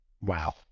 wow